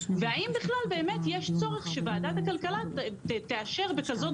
והאם יש צורך שוועדת הכלכלה תאשר בכזאת